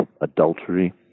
adultery